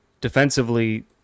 defensively